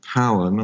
power